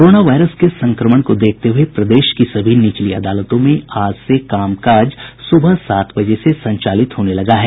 corona virus के संक्रमण को देखते हुये प्रदेश की सभी निचली अदालतों में आज से काम काज सुबह सात बजे से संचालित होने लगा है